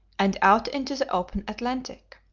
and out into the open atlantic.